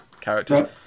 characters